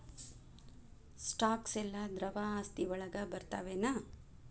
Stocks ಯೆಲ್ಲಾ ದ್ರವ ಆಸ್ತಿ ವಳಗ್ ಬರ್ತಾವೆನ?